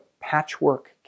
patchwork